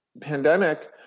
pandemic